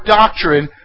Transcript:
doctrine